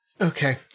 Okay